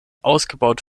ausgebaut